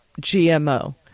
GMO